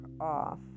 off